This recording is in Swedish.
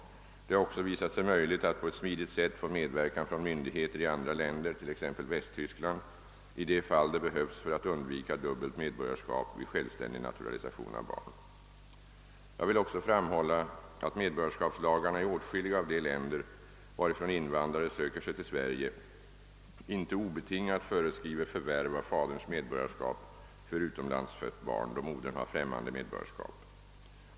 Det har också visat sig möjligt att på ett smidigt sätt få medverkan från myndigheter i andra länder, t.ex. Västtyskland, i de fall det behövs för att undvika dubbelt medborgarskap vid självständig naturalisation av barn. Jag vill också framhålla att medborgarskapslagarna i åtskilliga av de länder, varifrån invandrare söker sig till Sverige, inte obetingat föreskriver förvärv av faderns medborgarskap för utomlands fött barn, då modern har främmande medborgarskap.